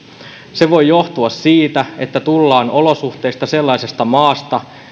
se voi johtua siitä että tullaan olosuhteista sellaisesta maasta